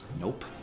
Nope